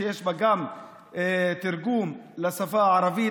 שיש בה גם תרגום לשפה הערבית.